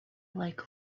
like